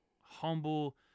humble